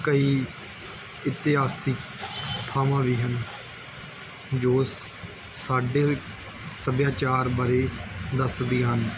ਕਈ ਇਤਿਹਾਸਿਕ ਥਾਵਾਂ ਵੀ ਹਨ ਜੋ ਸਾਡੇ ਸੱਭਿਆਚਾਰ ਬਾਰੇ ਦੱਸਦੀਆਂ ਹਨ